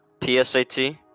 PSAT